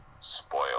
spoil